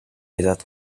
edad